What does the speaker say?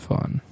Fun